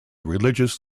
religious